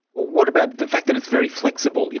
what about, the fact that it's very flexible,